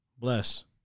Bless